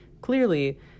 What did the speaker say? Clearly